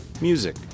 music